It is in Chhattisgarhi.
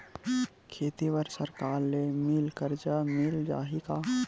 खेती बर सरकार ले मिल कर्जा मिल जाहि का?